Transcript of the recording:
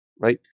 right